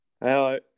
Hello